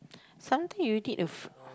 something you did a f~